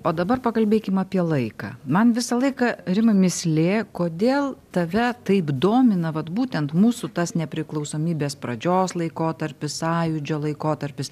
o dabar pakalbėkim apie laiką man visą laiką rimai mįslė kodėl tave taip domina vat būtent mūsų tas nepriklausomybės pradžios laikotarpis sąjūdžio laikotarpis